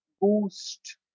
boost